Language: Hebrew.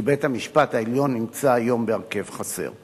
כי בית-המשפט העליון נמצא היום בהרכב חסר.